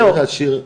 צריך לא לעשות,